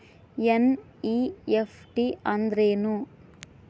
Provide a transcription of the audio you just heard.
NEFT ಅಂದ್ರೆನು?